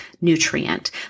nutrient